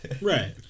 Right